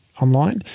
online